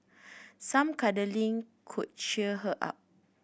some cuddling could cheer her up